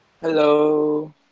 Hello